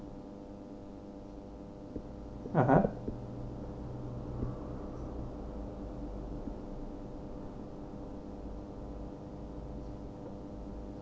(uh huh)